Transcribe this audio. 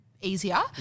easier